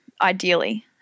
ideally